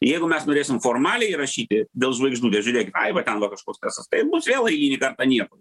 jeigu mes norėsim formaliai įrašyti dėl žvaigždutės ai va ten va kažkoks tasas taip bus vėl eilinį kartą nieko